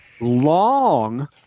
long